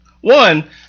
one